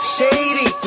Shady